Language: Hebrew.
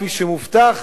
כפי שמובטח,